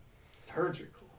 Surgical